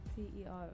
CEO